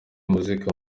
muzika